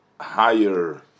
higher